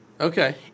Okay